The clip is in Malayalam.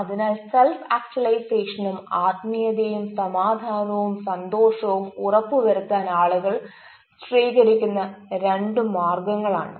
അതിനാൽ സെൽഫ് ആക്ച്വലൈസേഷനും ആത്മീയതയും സമാധാനവും സന്തോഷവും ഉറപ്പു വരുത്താൻ ആളുകൾ സ്വീകരിക്കുന്ന രണ്ടു മാർഗങ്ങൾ ആണ്